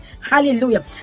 Hallelujah